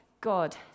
God